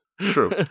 True